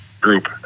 group